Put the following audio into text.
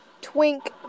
Twink